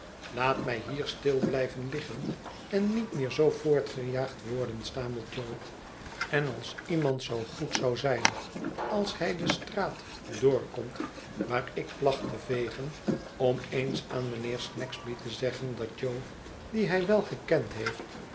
laat mij hier stil blijven liggen en niet meer zoo voortgejaagd worden stamelt jo en als iemand zoo goed wou zijn als hij de straat doorkomt waar ik placht te vegen om eens aan mijnheer snagsby te zeggen dat jo dien hij wel gekend heeft